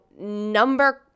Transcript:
number